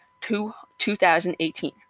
2018